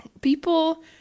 people